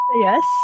Yes